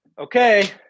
Okay